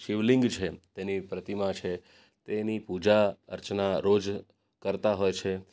શિવલિંગ છે તેની પ્રતિમા છે તેની પૂજા અર્ચના રોજ કરતા હોય છે